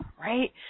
right